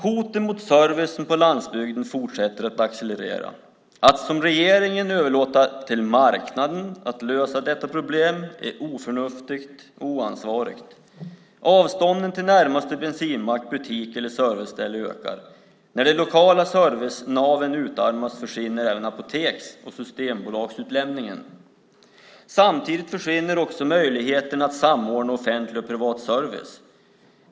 Hoten mot servicen på landsbygden fortsätter att accelerera. Att som regeringen överlåta till marknaden att lösa detta problem är oförnuftigt och oansvarigt. Avstånden till närmaste bensinmack, butik eller serviceställe ökar. När de lokala servicenaven utarmas försvinner även apoteks och systembolagsutlämningen. Samtidigt försvinner också möjligheten att samordna offentlig och privat service.